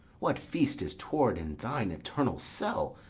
what feast is toward in thine eternal cell,